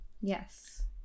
Yes